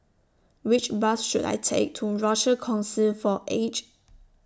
Which Bus should I Take to Rochor Kongsi For The Aged